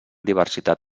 diversitat